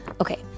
Okay